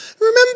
remember